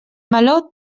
meló